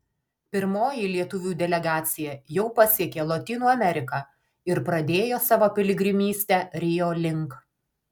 pirmoji lietuvių delegacija jau pasiekė lotynų ameriką ir pradėjo savo piligrimystę rio link